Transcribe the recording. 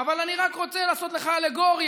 אבל אני רק רוצה לעשות לך אלגוריה: